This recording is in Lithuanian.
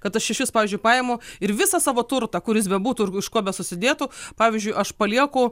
kad aš iš vis pavyzdžiui paimu ir visą savo turtą kur jis bebūtų ir iš ko besusidėtų pavyzdžiui aš palieku